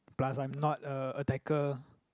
plus I'm not a attacker